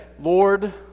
Lord